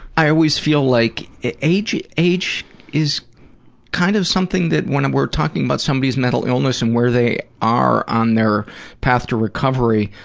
i always feel like ah age age is kind of something that when we're talking about somebody's mental illness and where they are on their path to recovery,